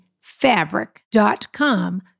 fabric.com